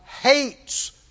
hates